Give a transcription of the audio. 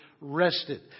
rested